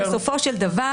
לכן בסופו של דבר